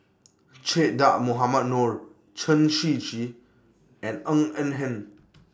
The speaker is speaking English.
Che Dah Mohamed Noor Chen Shiji and Ng Eng Hen